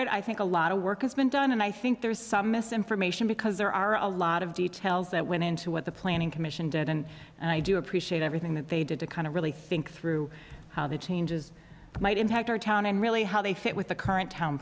it i think a lot of work has been done and i think there's some misinformation because there are a lot of details that went into what the planning commission did and i do appreciate everything that they did to kind of really think through how the changes might impact our town and really how they fit with the current t